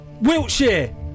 Wiltshire